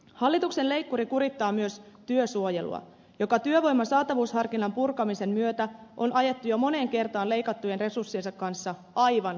hallituksen leikkuri kurittaa myös työsuojelua joka työvoiman saatavuusharkinnan purkamisen myötä on ajettu jo moneen kertaan leikattujen resurssiensa kanssa aivan kestämättömään tilanteeseen